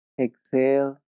exhale